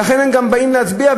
ולכן גם באים להצביע,